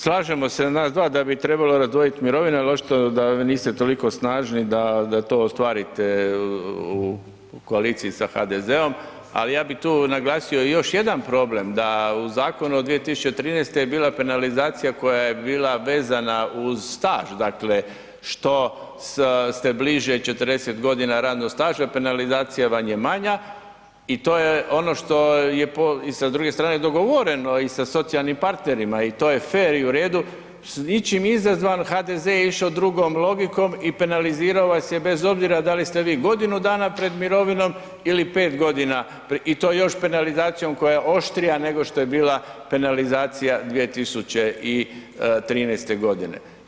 Slažemo se nas dva da bi trebalo razdvojiti mirovine, ali očito da vi niste toliko snažni da to ostvarite u koaliciji sa HDZ-om, ali ja bih tu naglasio još jedan problem, da u zakonu od 2013. je bila penalizacija koja je bila vezana uz staž, dakle, što ste bliže 40 godina radnog staža, penalizacija vam je manja i to je ono što je i sa druge strane i dogovoreno i sa socijalnim partnerima i to je fer i u redu i ničim izazvan, HDZ je išao drugom logikom i penalizirao vas je bez obzira da li ste vi godinu dana pred mirovinom ili 5 godina i to još penalizacijom koja je oštrija nego što je bila penalizacija 2013. godine.